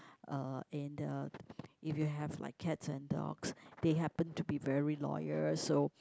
uh and uh if you have like cats and dogs they happen to be very loyal so